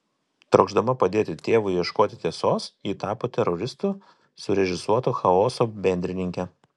trokšdama padėti tėvui ieškoti tiesos ji tapo teroristų surežisuoto chaoso bendrininke